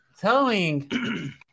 telling